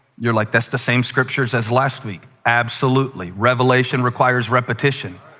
you're like, that's the same scriptures as last week. absolutely. revelation requires repetition.